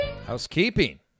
Housekeeping